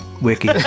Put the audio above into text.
wiki